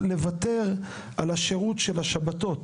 לוותר על השירות של השבתות.